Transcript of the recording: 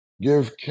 give